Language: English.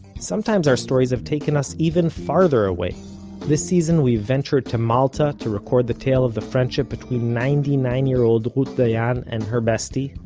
sometimes our stories have taken us even farther away this season we've ventured to malta, to record the tale of the friendship between ninety-nine-year-old ruth dayan and her bestie,